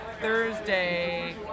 Thursday